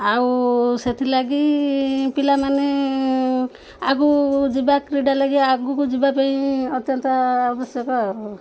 ଆଉ ସେଥିର୍ଲାଗି ପିଲାମାନେ ଆଗକୁ ଯିବା କ୍ରୀଡ଼ା ଲାଗି ଆଗକୁ ଯିବା ପାଇଁ ଅତ୍ୟନ୍ତ ଆବଶ୍ୟକ ଆଉ